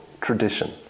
tradition